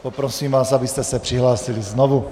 Poprosím vás, abyste se přihlásili znovu.